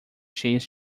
cheias